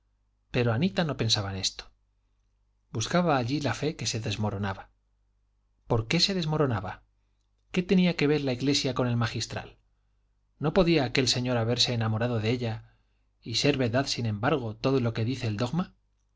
pero anita no pensaba en esto buscaba allí la fe que se desmoronaba por qué se desmoronaba qué tenía que ver la iglesia con el magistral no podía aquel señor haberse enamorado de ella y ser verdad sin embargo todo lo que dice el dogma